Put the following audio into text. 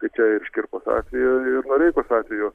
tai čia ir škirpos atveju ir noreikos atveju